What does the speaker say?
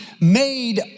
made